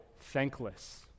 thankless